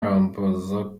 arambaza